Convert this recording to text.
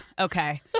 Okay